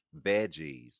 veggies